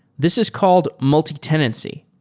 this is called multi-tenancy.